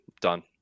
Done